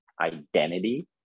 identity